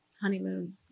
honeymoon